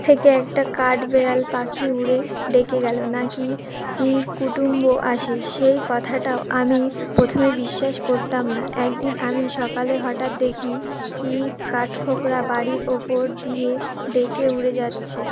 থেকে একটা কাঠবেড়াল পাখি উড়ে ডেকে গেল নাকি ই কুটুম্ব আসে সেই কথাটাও আমি প্রথমে বিশ্বাস করতাম না একদিন আমি সকালে হঠাৎ দেখি ই কাঠঠোকরা বাড়ির ওপর দিয়ে ডেকে উড়ে যাচ্ছে